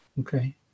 Okay